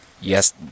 Yes